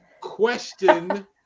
question